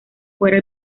fuera